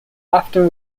often